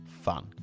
fun